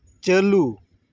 ᱪᱟᱹᱞᱩ